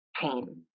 pain